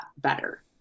better